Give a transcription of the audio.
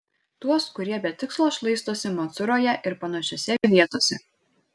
tuos kurie be tikslo šlaistosi macuroje ir panašiose vietose